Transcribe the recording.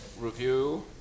review